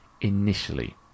Initially